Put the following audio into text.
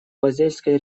базельской